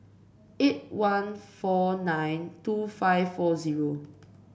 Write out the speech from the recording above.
eight one four nine two five four zero